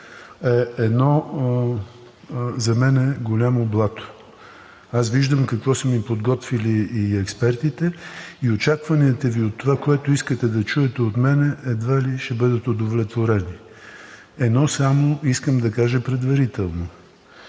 е едно голямо блато. Аз виждам какво са ми подготвили и експертите, и очакванията Ви от това, което искате да чуете от мен, едва ли ще бъдат удовлетворени. Едно само искам да кажа предварително